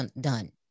done